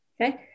okay